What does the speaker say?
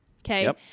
Okay